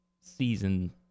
Season